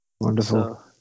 Wonderful